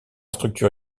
structure